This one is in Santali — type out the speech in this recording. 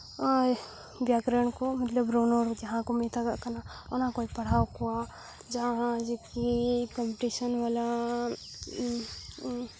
ᱚᱞ ᱵᱮᱠᱚᱨᱚᱱ ᱠᱚ ᱢᱚᱛᱞᱚᱵ ᱨᱚᱱᱚᱲ ᱡᱟᱦᱟᱸ ᱠᱚ ᱢᱮᱛᱟᱜᱟᱜ ᱠᱟᱱᱟ ᱚᱱᱟ ᱠᱚᱭ ᱯᱟᱲᱦᱟᱣ ᱠᱚᱣᱟ ᱡᱟᱦᱟᱸ ᱪᱤᱠᱤ ᱠᱚᱢᱯᱤᱴᱤᱥᱮᱱ ᱵᱟᱞᱟ